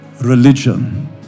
Religion